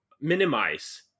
minimize